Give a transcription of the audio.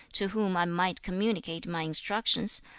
to whom i might communicate my instructions,